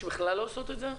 שבכלל לא עושות את זה?